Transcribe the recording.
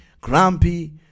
grumpy